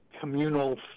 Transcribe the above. communal